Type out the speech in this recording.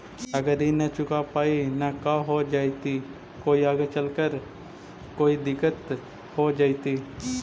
अगर ऋण न चुका पाई न का हो जयती, कोई आगे चलकर कोई दिलत हो जयती?